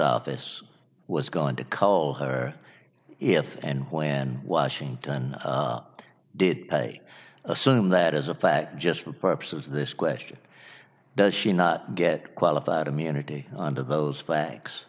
office was going to call her if and when washington did they assume that as a fact just for purposes of this question does she not get qualified immunity under those fa